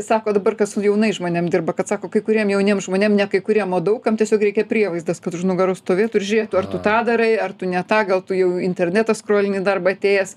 sako dabar kas su jaunais žmonėm dirba kad sako kai kuriem jauniem žmonėm ne kai kuriem o daug kam tiesiog reikia prievaizdas kad už nugaros stovėtų ir žiūrėtų ar tu tą darai ar tu ne tą gal tu jau internetą skrolini darbą atėjęs